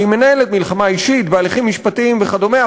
כי היא מנהלת מלחמה אישית והליכים משפטיים וכדומה.